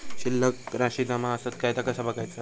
शिल्लक राशी जमा आसत काय ता कसा बगायचा?